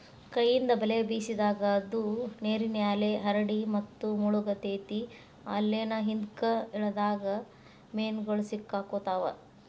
ಕೈಯಿಂದ ಬಲೆ ಬೇಸಿದಾಗ, ಅದು ನೇರಿನ್ಮ್ಯಾಲೆ ಹರಡಿ ಮತ್ತು ಮುಳಗತೆತಿ ಬಲೇನ ಹಿಂದ್ಕ ಎಳದಾಗ ಮೇನುಗಳು ಸಿಕ್ಕಾಕೊತಾವ